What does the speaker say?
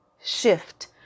shift